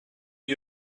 you